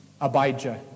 Abijah